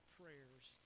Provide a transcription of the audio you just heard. prayers